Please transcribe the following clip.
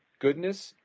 goodness,